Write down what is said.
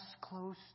close